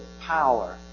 power